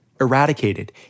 eradicated